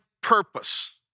purpose